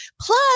Plus